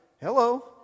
Hello